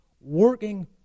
working